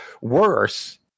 worse